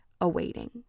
awaiting